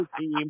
team